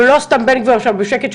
ולא סתם בן גביר ישב בשקט,